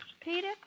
Peter